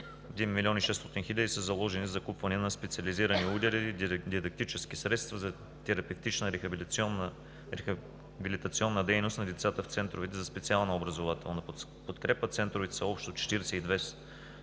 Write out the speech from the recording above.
милион и 600 хил. лв. са заложени за закупуване на специализирани уреди, дидактически средства за терапевтична рехабилитационна дейност на децата в центровете за специална образователна подкрепа. Центровете са общо 42 в